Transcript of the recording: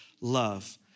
love